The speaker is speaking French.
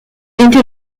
était